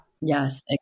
Yes